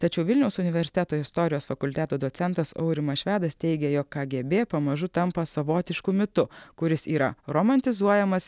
tačiau vilniaus universiteto istorijos fakulteto docentas aurimas švedas teigė jog kgb pamažu tampa savotišku mitu kuris yra romantizuojamas